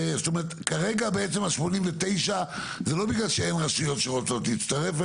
כרגע ה-89 זה לא בגלל שאין רשויות שרוצות להצטרף,